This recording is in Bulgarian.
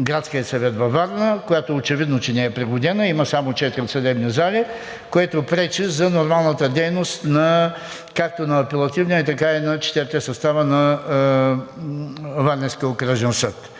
Градския съвет във Варна, която очевидно, че не е пригодена, има само четири съдебни зали, което пречи за нормалната дейност, както на Апелативния, така и на четирите състава на Варненския окръжен съд.